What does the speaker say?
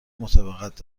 مطابقت